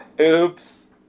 Oops